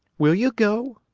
will you go?